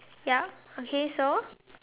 ya okay so